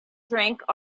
drink